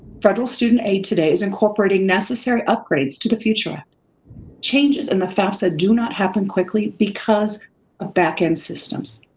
federal student aid today is incorporating necessary upgrades to the future changes in the fafsa do not happen quickly because of backend systems,